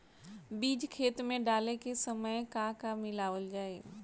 बीज खेत मे डाले के सामय का का मिलावल जाई?